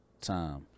time